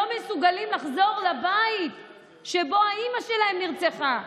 מסוגלים לחזור לבית שבו האימא שלהם נרצחה,